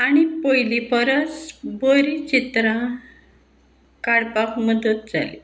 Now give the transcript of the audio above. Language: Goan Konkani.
आनी पयलीं परस बरीं चित्रां काडपाक मदत जाली